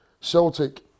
Celtic